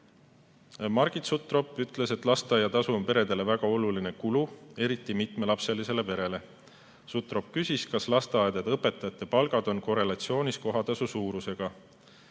Margit Sutrop ütles, et lasteaiatasu on peredele väga oluline kulu, eriti mitmelapselisele perele. Sutrop küsis, kas lasteaedade õpetajate palgad on korrelatsioonis kohatasu suurusega.